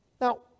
Now